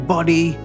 Body